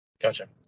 Gotcha